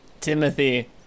Timothy